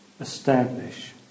establish